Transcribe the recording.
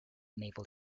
naval